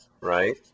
right